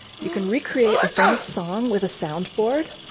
you can recreate a famous song with a soundboard,